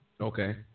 Okay